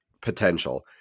potential